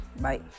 Bye